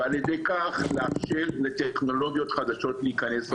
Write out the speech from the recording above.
ועל ידי כך לאפשר לטכנולוגיות חדשות להיכנס.